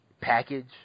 package